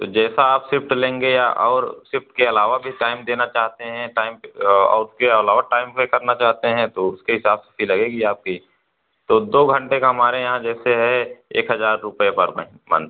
तो जैसा आप सिफ्ट लेंगे या और सिफ्ट के अलावा भी टाइम देना चाहते हैं टाइम औ उसके अलावा टाइम पे करना चाहते हैं तो उसके हिसाब से फ़ी लगेगी आपकी तो दो घंटे का हमारे यहाँ जैसे है एक हजार रुपये पर मंथ